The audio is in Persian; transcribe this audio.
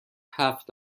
هفت